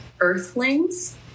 Earthlings